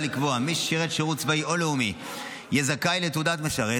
לקבוע: מי ששירת שירות צבאי או לאומי יהיה זכאי לתעודת משרת,